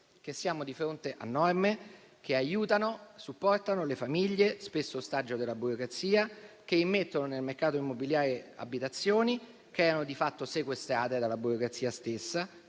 che siamo di fronte a norme che aiutano e supportano le famiglie, spesso ostaggio della burocrazia, e immettono nel mercato immobiliare abitazioni che erano di fatto sequestrate dalla burocrazia stessa.